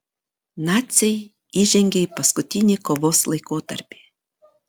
naciai įžengė į paskutinį kovos laikotarpį